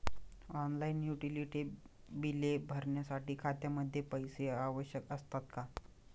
Online utility बिले भरण्यासाठी खात्यामध्ये पैसे आवश्यक असतात का?